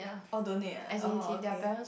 oh don't need oh okay